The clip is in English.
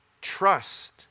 trust